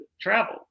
travel